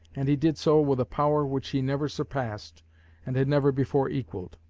and he did so with a power which he never surpassed and had never before equalled.